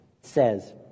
says